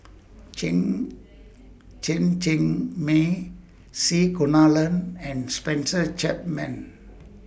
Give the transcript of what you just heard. Chen Cheng Mei C Kunalan and Spencer Chapman